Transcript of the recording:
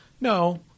no